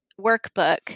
workbook